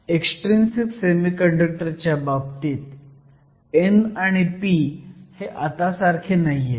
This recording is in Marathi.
एक्सट्रिंसिक सेमीकंडक्टर च्या बाबतीत n आणि p हे आता सारखे नाहीयेत